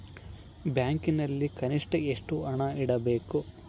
ಬ್ಯಾಂಕಿನಲ್ಲಿ ಕನಿಷ್ಟ ಎಷ್ಟು ಹಣ ಇಡಬೇಕು?